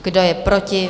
Kdo je proti?